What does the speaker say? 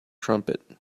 trumpet